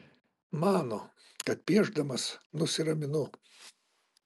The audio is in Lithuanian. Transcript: mano kad piešdamas nusiraminu